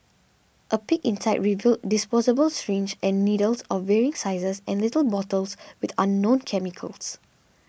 a peek inside revealed disposable syringes and needles of varying sizes and little bottles with unknown chemicals